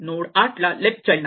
node 8 ला left child नाही